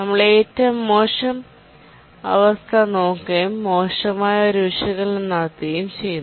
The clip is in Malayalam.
നമ്മൾഏറ്റവും മോശം അവസ്ഥ നോക്കുകയും മോശമായ ഒരു വിശകലനം നടത്തുകയും ചെയ്യുന്നു